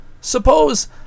Suppose